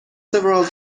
several